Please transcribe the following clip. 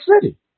city